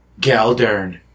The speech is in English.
Galdern